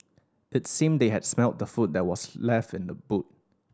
it seemed that they had smelt the food that was left in the boot